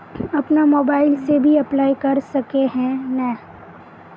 अपन मोबाईल से भी अप्लाई कर सके है नय?